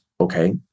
okay